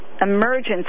emergency